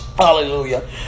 Hallelujah